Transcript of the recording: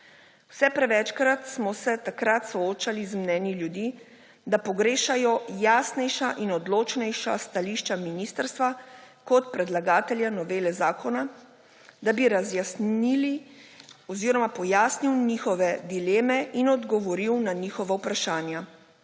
Vse prevečkrat smo se takrat soočali z mnenji ljudi, da pogrešajo jasnejša in odločnejša stališča ministrstva kot predlagatelja novele zakona, da bi razjasnili oziroma pojasnil njihove dileme in odgovoril na njihova vprašanja.